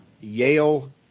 Yale